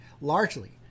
largely